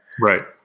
Right